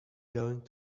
going